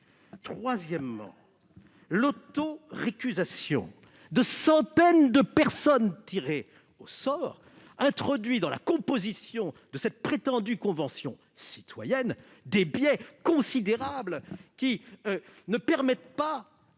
Troisièmement, l'autorécusation de centaines de personnes tirées au sort introduit dans la composition de cette prétendue convention citoyenne des biais considérables, qui empêchent de